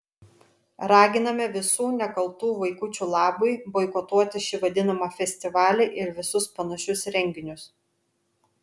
raginame visų nekaltų vaikučių labui boikotuoti šį vadinamą festivalį ir visus panašius renginius